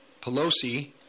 Pelosi